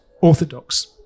orthodox